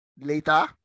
later